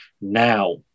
Now